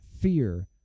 fear